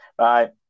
Right